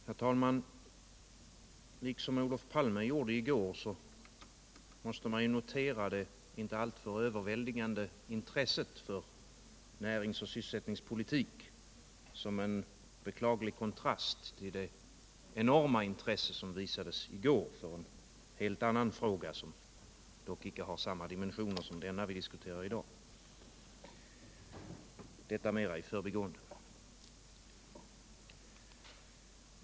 Herr talman! Liksom Olof Palme gjorde i går måste man ju notera det inte alltför överväldigande intresset för närings och sysselsättningspolitik som en beklaglig kontrast till det enorma intresse som visades i går för en helt annan fråga, vilken dock icke har samma dimensioner som den vi nu diskuterar. Detta sagt mera i förbigående.